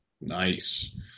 Nice